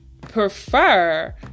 prefer